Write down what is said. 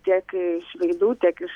tiek iš veidų tiek iš